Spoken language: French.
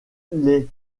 les